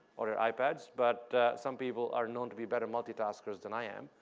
or your ipads, but some people are known to be better multitaskers than i am.